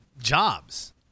jobs